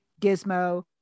gizmo